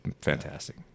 fantastic